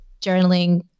journaling